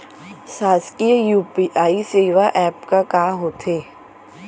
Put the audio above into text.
शासकीय यू.पी.आई सेवा एप का का होथे?